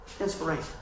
Inspiration